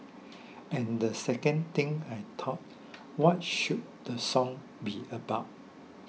and the second thing I thought what should the song be about